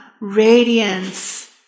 radiance